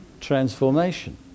transformation